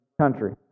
country